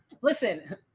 Listen